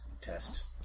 test